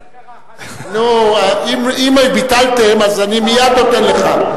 נו, אם ביטלתם, אז אני מייד נותן לך.